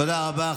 תודה רבה.